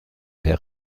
der